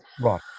Right